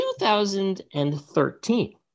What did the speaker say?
2013